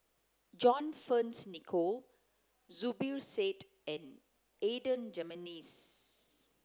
John Fearns Nicoll Zubir Said and Adan Jimenez